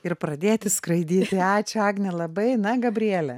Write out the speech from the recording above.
ir pradėti skraidyti ačiū agne labai na gabriele